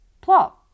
plot